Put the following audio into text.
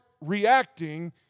reacting